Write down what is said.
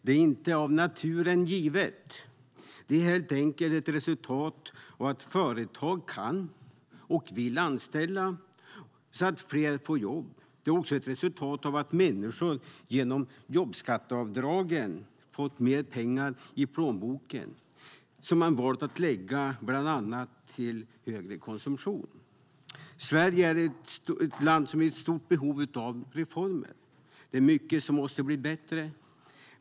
Det är inte av naturen givet. Det är helt enkelt ett resultat av att företag kan och vill anställa så att fler får jobb. Det är också ett resultat av att människor genom jobbskatteavdragen fått mer pengar i plånboken som de valt att lägga på bland annat högre konsumtion. Sverige är i stort behov av reformer. Det är mycket som måste bli bättre.